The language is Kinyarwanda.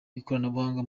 ikoranabuhanga